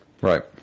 Right